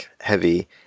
heavy